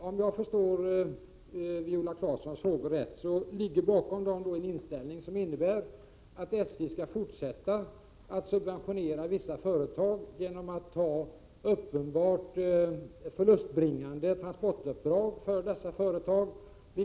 Om jag förstår Viola Claessons frågor rätt, så ligger bakom dem en inställning som innebär att SJ skall fortsätta att subventionera vissa företag genom att ta uppenbart förlustbringande transportuppdrag för dessa företag.